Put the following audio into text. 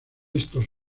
estos